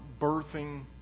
birthing